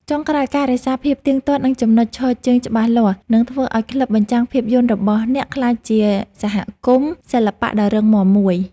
ចុងក្រោយ ការរក្សាភាពទៀងទាត់ និងចំណុចឈរជើងច្បាស់លាស់ នឹងធ្វើឱ្យក្លឹបបញ្ចាំងភាពយន្តរបស់អ្នកក្លាយជាសហគមន៍សិល្បៈដ៏រឹងមាំមួយ។